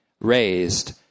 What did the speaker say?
raised